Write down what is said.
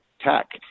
tech